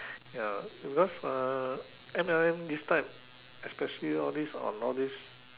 ya because uh M_L_M this type especially all this on all this